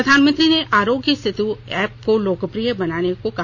प्रधानमंत्री ने आरोग्य सेतु ऐप को लोकप्रिय बनाने को कहा